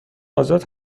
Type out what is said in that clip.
آزاد